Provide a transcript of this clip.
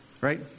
Right